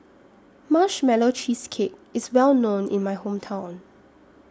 Marshmallow Cheesecake IS Well known in My Hometown